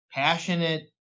passionate